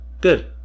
Good